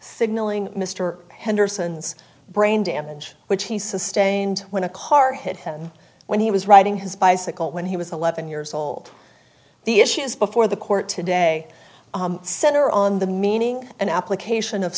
signaling mr henderson's brain damage which he sustained when a car hit him when he was riding his bicycle when he was eleven years old the issues before the court today center on the meaning and application of